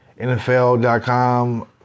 NFL.com